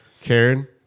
Karen